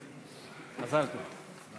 מזל טוב.